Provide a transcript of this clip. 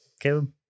Caleb